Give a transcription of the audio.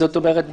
זאת אומרת,